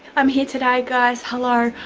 i'm here today guys. hello,